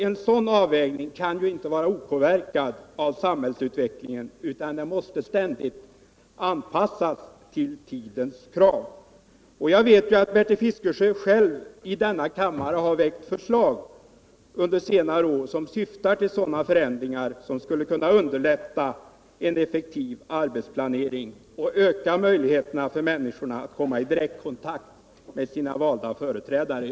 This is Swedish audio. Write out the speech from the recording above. En sådan avvägning kan ju inte undgå att påverkas av samhällsutvecklingen, utan det måste ständigt ske en anpassning till tidens krav. Bertil Fiskesjö har själv under senare år väckt förslag som syftar till förändringar som skulle underlätta en effektiv arbetsplanering och öka möjligheterna för människorna att komma i direkt kontakt med sina valda företrädare.